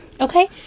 okay